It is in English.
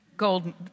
golden